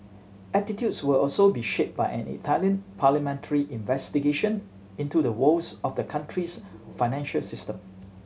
attitudes will also be shaped by an Italian parliamentary investigation into the woes of the country's financial system